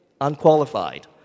unqualified